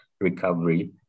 recovery